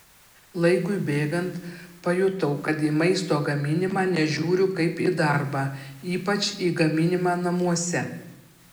laikui bėgant pajutau kad į maisto gaminimą nežiūriu kaip į darbą ypač į gaminimą namuose